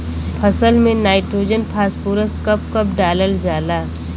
फसल में nitrogen phosphorus कब कब डालल जाला?